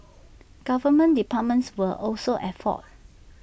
government departments were also at fault